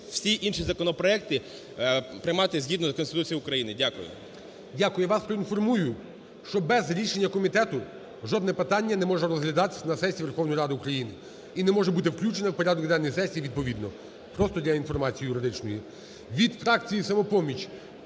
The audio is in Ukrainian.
всі інші законопроекти приймати згідно з Конституцією України. Дякую. ГОЛОВУЮЧИЙ. Дякую. Вас поінформую, що без рішення комітету жодне питання не можу розглядатися на сесії Верховної Ради України і не може бути включене в порядок денний сесії відповідно – просто для інформації юридичної. Від фракції "Самопоміч"